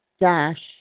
Dash